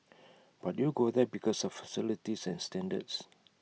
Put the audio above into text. but you go there because of facilities and standards